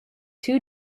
two